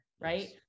Right